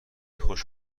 خوش